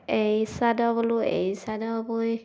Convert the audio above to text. এড়ী চাদৰ ব'লোঁ এড়ী চাদৰ বৈ